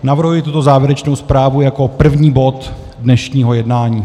Navrhuji tuto závěrečnou zprávu jako první bod dnešního jednání.